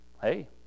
hey